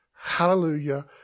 Hallelujah